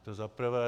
To za prvé.